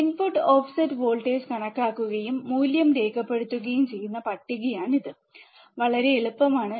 input offset voltage കണക്കാക്കുകയും മൂല്യം രേഖപ്പെടുത്തുകയും ചെയ്യുന്ന പട്ടികയാണിത് പട്ടിക വളരെ എളുപ്പമാണ്